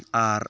ᱟᱨ